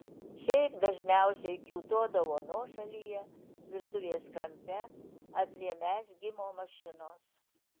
šiaip dažniausiai kiūtodavo nuošalyje virtuvės kampe ar prie mezgimo mašinos